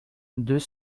deux